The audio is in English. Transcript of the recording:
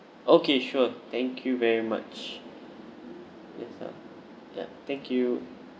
okay sure thank you very much yes ah ya thank you